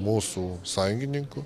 mūsų sąjungininkų